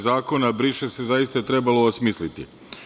Zakona briše se, zaista je trebalo osmisliti.